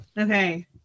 okay